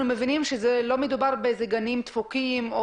אנחנו מבינים שלא מדובר בגנים דפוקים או